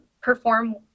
perform